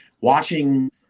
watching